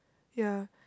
ya